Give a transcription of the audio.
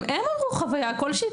גם הם עברו חוויה כלשהי.